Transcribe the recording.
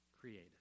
created